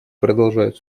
продолжают